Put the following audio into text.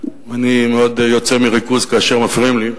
אני מאוד יוצא מריכוז כאשר מפריעים לי.